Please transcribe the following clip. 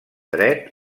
dret